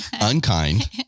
unkind